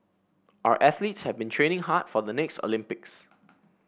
our athletes have been training hard for the next Olympics